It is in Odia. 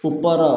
ଉପର